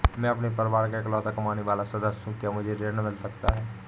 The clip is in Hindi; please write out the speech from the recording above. मैं अपने परिवार का इकलौता कमाने वाला सदस्य हूँ क्या मुझे ऋण मिल सकता है?